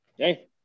Okay